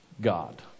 God